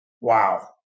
Wow